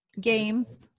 Games